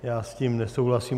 Já s tím nesouhlasím.